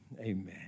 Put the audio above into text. Amen